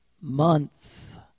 month